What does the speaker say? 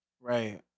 Right